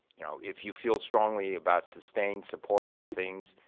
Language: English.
you know if you feel strongly about sustain support of things,